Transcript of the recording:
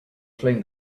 flame